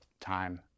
time